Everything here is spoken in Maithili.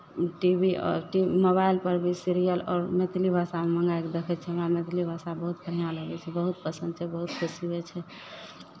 टी वी आओर टी मोबाइलपर भी सीरियल आओर मैथिली भाषामे मङ्गाय कऽ देखै छियै हमरा मैथिली भाषा बहुत बढ़िआँ लगै छै बहुत पसन्द छै बहुत खुशी होइ छै